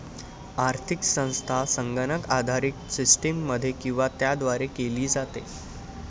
आर्थिक संस्था संगणक आधारित सिस्टममध्ये किंवा त्याद्वारे केली जाते